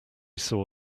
saw